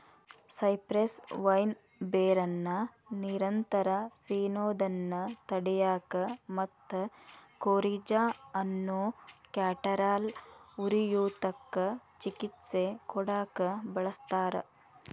cypress vine ಬೇರನ್ನ ನಿರಂತರ ಸಿನೋದನ್ನ ತಡ್ಯಾಕ ಮತ್ತ ಕೋರಿಜಾ ಅನ್ನೋ ಕ್ಯಾಟರಾಲ್ ಉರಿಯೂತಕ್ಕ ಚಿಕಿತ್ಸೆ ಕೊಡಾಕ ಬಳಸ್ತಾರ